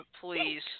please